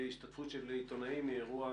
השתתפות של עיתונאים היא אירוע